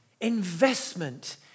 investment